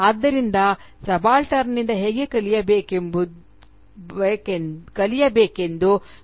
ಆದ್ದರಿಂದ ಸಬಾಲ್ಟರ್ನ್ನಿಂದ ಹೇಗೆ ಕಲಿಯಬೇಕೆಂದು ಕಲಿಯುವುದು ಮೊದಲ ಹಂತವಾಗಿದೆ